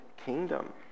kingdom